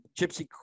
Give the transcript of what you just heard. Gypsy